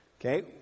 okay